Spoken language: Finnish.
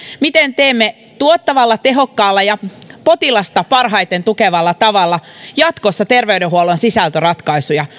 miten teemme tuottavalla tehokkaalla ja potilasta parhaiten tukevalla tavalla jatkossa terveydenhuollon sisältöratkaisuja